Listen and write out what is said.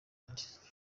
nde